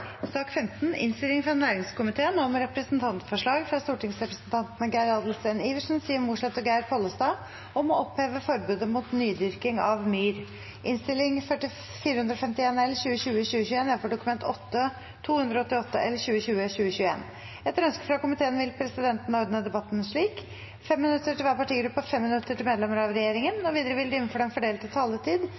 sak nr. 14. Etter ønske fra komiteen vil presidenten ordne debatten slik: 5 minutter til hver partigruppe og 5 minutter til medlemmer av regjeringen. Videre vil det – innenfor den fordelte taletid